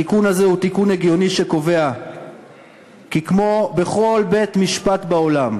התיקון הזה הוא תיקון הגיוני שקובע כי כמו בכל בית-משפט בעולם,